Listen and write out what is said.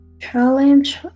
Challenge